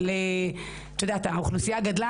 האוכלוסייה גדלה